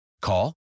Call